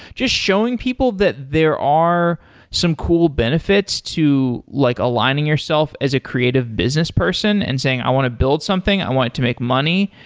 just showing people that there are some cool benefits to like aligning yourself as a creative business person and saying, i want to build something. i wanted to make money.